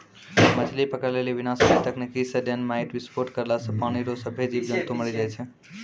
मछली पकड़ै लेली विनाशकारी तकनीकी से डेनामाईट विस्फोट करला से पानी रो सभ्भे जीब जन्तु मरी जाय छै